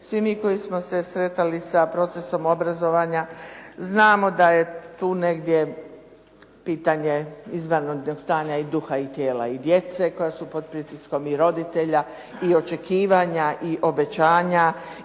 Svi mi koji smo se sretali sa procesom obrazovanja znamo da je tu negdje pitanje izdano od strane duha i tijela i djece koja su pod pritiskom i roditelja i očekivanja i obećanja,